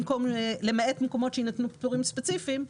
למעט מקומות שיינתנו פטורים ספציפיים,